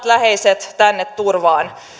läheisiä tänne turvaan